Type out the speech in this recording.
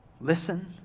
Listen